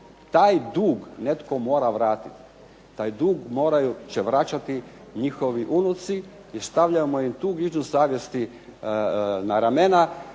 taj dug netko mora vratiti. Taj dug morat će vraćati njihovi unuci i stavljamo im tu grižnju savjesti na ramena,